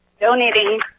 donating